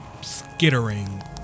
skittering